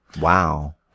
Wow